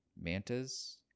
Mantas